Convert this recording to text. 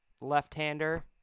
left-hander